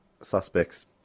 suspects